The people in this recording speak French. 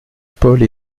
paule